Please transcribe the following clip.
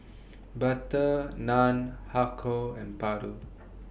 Butter Naan Har Kow and Paru